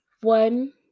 one